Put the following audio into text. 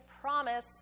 promise